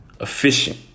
Efficient